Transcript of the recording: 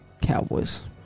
Cowboys